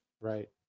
Right